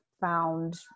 found